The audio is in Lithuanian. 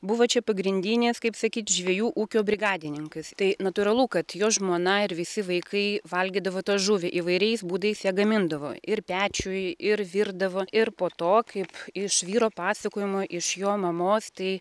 buvo čia pagrindinis kaip sakyt žvejų ūkio brigadininkas tai natūralu kad jo žmona ir visi vaikai valgydavo tą žuvį įvairiais būdais ją gamindavo ir pečiuj ir virdavo ir po to kaip iš vyro pasakojimo iš jo mamos tai